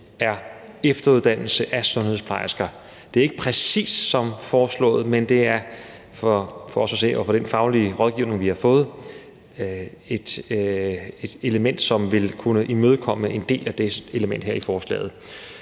er efteruddannelse af sundhedsplejersker. Det er ikke præcis som foreslået, men det er for os at se og ifølge den faglige rådgivning, vi har fået, et element, som vil kunne imødekomme en del af det element i forslaget